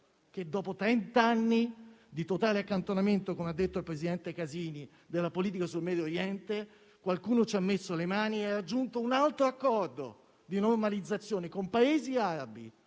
dopo trent'anni di totale accantonamento, con ha detto il presidente Casini, della politica sul Medio Oriente, qualcuno ci ha messo le mani ed ha raggiunto un altro accordo di normalizzazione con Paesi arabi,